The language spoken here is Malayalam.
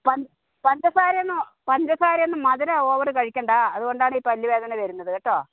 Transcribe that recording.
പഞ്ചസാരയൊന്നും പഞ്ചസാരയൊന്നും മധുരം ഓവറ് കഴിക്കേണ്ട അതുകൊണ്ടാണീ പല്ലുവേദന വരുന്നത് കേട്ടോ